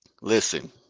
Listen